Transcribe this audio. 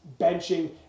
benching